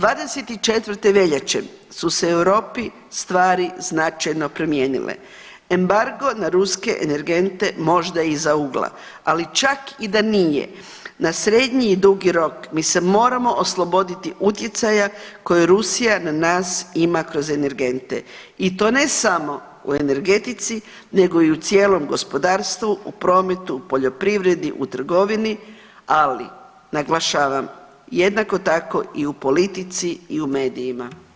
24. veljače su se u Europi stvari značajno promijenile, embargo na ruske energente možda iza ugla, ali čak i da nije na srednji i dugi rok mi se moramo osloboditi utjecaja koje Rusija na nas ima kroz energente i to ne samo u energetici nego i u cijelom gospodarstvu, prometu, poljoprivredi, u trgovini, ali naglašavam jednako tako i u politici i u medijima.